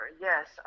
yes